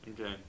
Okay